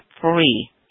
free